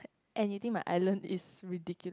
and you think my island is ridicu~